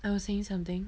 I was saying something